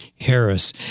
Harris